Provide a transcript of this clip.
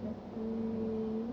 the fringe